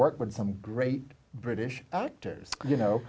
worked with some great british actors you know